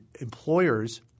employers